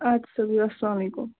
اَدٕ سا بِہِو اسلامُ علیکُم